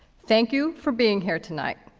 thank you for being here tonight.